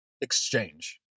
exchange